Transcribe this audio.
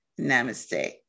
namaste